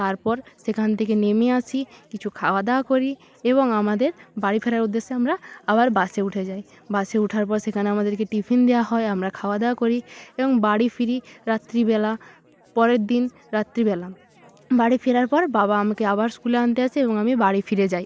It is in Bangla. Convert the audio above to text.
তারপর সেখান থেকে নেমে আসি কিছু খাওয়া দাওয়া করি এবং আমাদের বাড়ি ফেরার উদ্দেশ্যে আমরা আবার বাসে উঠে যাই বাসে উঠার পর সেখানে আমাদেরকে টিফিন দেয়া হয় আমরা খাওয়া দাওয়া করি এবং বাড়ি ফিরি রাত্রিবেলা পরের দিন রাত্রিবেলা বাড়ি ফেরার পর বাবা আমাকে আবার স্কুলে আনতে আসে এবং আমি বাড়ি ফিরে যাই